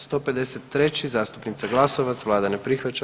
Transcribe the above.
153. zastupnica Glasovac, Vlada ne prihvaća.